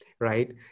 Right